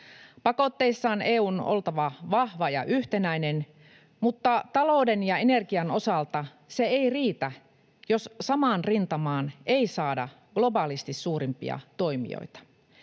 Pakotteissaan EU:n on oltava vahva ja yhtenäinen, mutta talouden ja energian osalta se ei riitä, jos samaan rintamaan ei saada globaalisti suurimpia toimijoita.